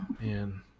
Man